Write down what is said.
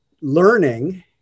learning